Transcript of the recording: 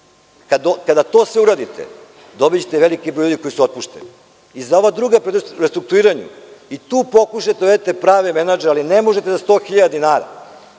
Kada to sve uradite, dobićete veliki broj ljudi koji su otpušteni.Za ova druga preduzeća u restrukturiranju, i tu pokušajte da dovedete prave menadžere, ali ne možete za 100.000 dinara.